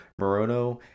Morono